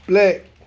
play